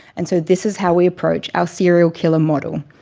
and so this is how we approach our serial killer model.